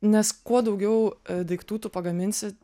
nes kuo daugiau daiktų tu pagaminsi